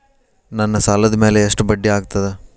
ನನ್ನ ಸಾಲದ್ ಮ್ಯಾಲೆ ಎಷ್ಟ ಬಡ್ಡಿ ಆಗ್ತದ?